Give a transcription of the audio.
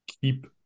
keep